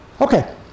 Okay